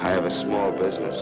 have a small business